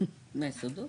אבל יכול להיות.